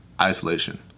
isolation